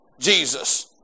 Jesus